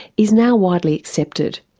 is now widely accepted.